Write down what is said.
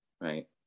Right